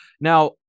Now